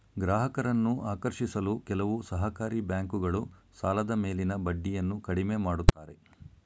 ಗ್ರಾಹಕರನ್ನು ಆಕರ್ಷಿಸಲು ಕೆಲವು ಸಹಕಾರಿ ಬ್ಯಾಂಕುಗಳು ಸಾಲದ ಮೇಲಿನ ಬಡ್ಡಿಯನ್ನು ಕಡಿಮೆ ಮಾಡುತ್ತಾರೆ